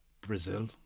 Brazil